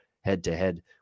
head-to-head